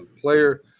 player